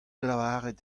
lavaret